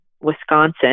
Wisconsin